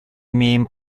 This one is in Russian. имеем